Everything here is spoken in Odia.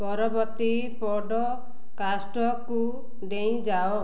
ପରବର୍ତ୍ତୀ ପଡ଼୍କାଷ୍ଟକୁ ଡେଇଁ ଯାଅ